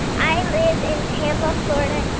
i live in tampa, fla. and